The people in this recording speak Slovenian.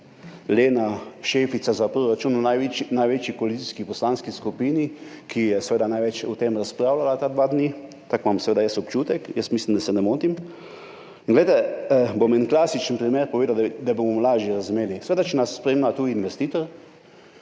Lena šefica za proračun v največji koalicijski poslanski skupini, ki je seveda največ o tem razpravljala ta dva dni, takšen imam seveda jaz občutek, mislim, da se ne motim. Povedal bom en klasičen primer, da bomo lažje razumeli. Če nas spremlja tuji investitor